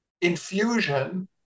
infusion